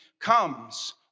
comes